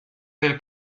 del